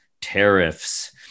tariffs